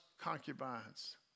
concubines